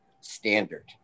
standard